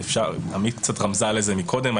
עמית קצת רמזה לזה מקודם.